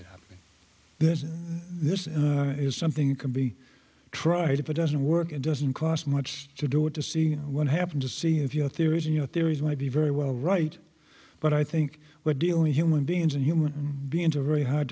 it happening there is this in there is something can be tried if it doesn't work it doesn't cost much to do it to see what happened to see if you know if there isn't you know there is going to be very well right but i think we're dealing human beings and human beings are very hard